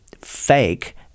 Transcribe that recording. fake